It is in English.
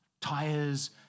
tires